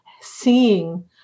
seeing